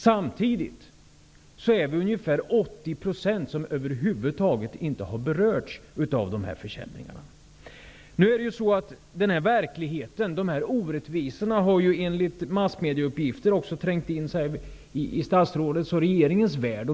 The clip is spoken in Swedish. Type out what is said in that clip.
Samtidigt är det ungefär 80 % som över huvud taget inte har berörts av dessa försämringar. Den här verkligheten och dessa orättvisor har ju enligt massmedieuppgifter också trängt in i statsrådets och regeringens värld.